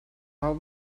how